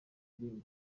filime